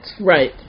Right